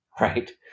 right